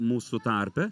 mūsų tarpe